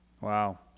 Wow